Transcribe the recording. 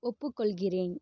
ஒப்புக்கொள்கிறேன்